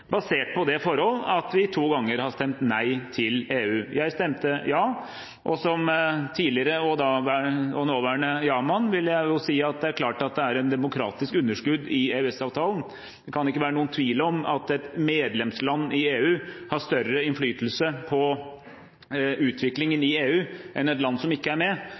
basert på det forhold at vi to ganger har stemt nei til EU. Jeg stemte ja, og som såvel tidligere som nåværende ja-mann vil jeg si at det er klart at det er et demokratisk underskudd i EØS-avtalen. Det kan ikke være noen tvil om at et medlemsland i EU har større innflytelse på utviklingen i EU enn et land som ikke er med.